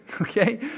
okay